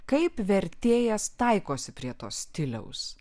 kaip vertėjas taikosi prie to stiliaus